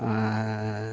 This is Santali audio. ᱟᱨ